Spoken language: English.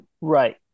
Right